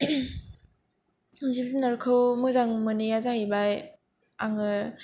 जिब जुनारखौ मोजां मोनैया जाहैबाय आङो